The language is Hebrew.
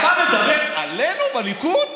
אתה מדבר עלינו בליכוד?